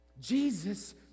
Jesus